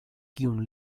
kiun